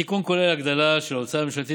התיקון כולל הגדלה של ההוצאה הממשלתית